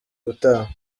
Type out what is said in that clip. ubutaha